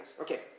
Okay